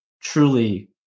truly